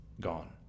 gone